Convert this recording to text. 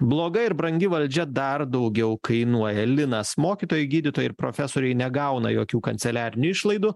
bloga ir brangi valdžia dar daugiau kainuoja linas mokytojai gydytojai ir profesoriai negauna jokių kanceliarinių išlaidų